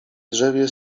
drzewie